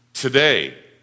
Today